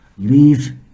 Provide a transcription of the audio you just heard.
Leave